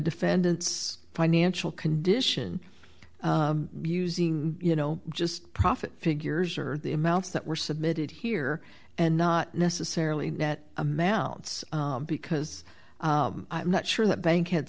defendant's financial condition using you know just profit figures or the amounts that were submitted here and not necessarily net amounts because i'm not sure that bank